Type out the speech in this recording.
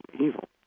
evil